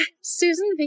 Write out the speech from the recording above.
Susan